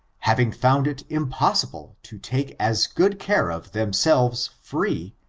having found it impossible to take as good care of themselves free,